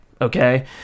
Okay